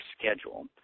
schedule